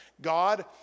God